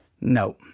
No